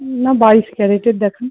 না বাইশ ক্যারেটের দেখান